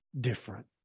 different